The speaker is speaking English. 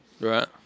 Right